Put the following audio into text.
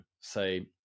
say